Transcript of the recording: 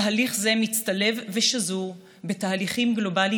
תהליך זה מצטלב ושזור בתהליכים גלובליים